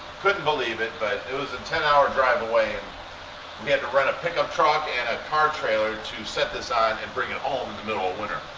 couldn't believe it but it was a ten hour drive away and we had to rent a pickup truck and a car trailer to set this on and bring it home in the middle of winter.